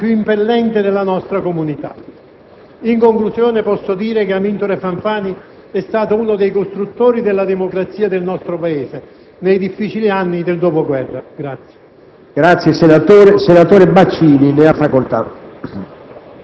Al centro dell'attenzione e del suo impegno furono i bisogni più impellenti della nostra comunità. In conclusione, posso dire che Amintore Fanfani è stato uno dei costruttori della democrazia del nostro Paese, nei difficili anni del dopoguerra.